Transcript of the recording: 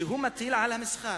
"שהוא מטיל על המסחר.